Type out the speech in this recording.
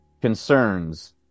concerns